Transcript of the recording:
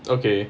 okay